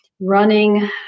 running